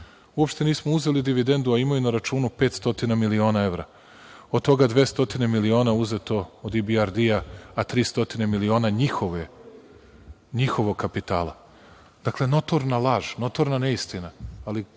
Uopšte nismo uzeli dividendu, a imaju na računu 500 miliona evra, od toga 200 miliona uzeto od EBRD-a, a 300 miliona njihovog kapitala. Dakle, notorna laž, notorna neistina,